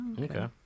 Okay